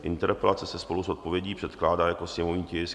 Interpelace se spolu s odpovědí předkládá jako sněmovní tisk 1268.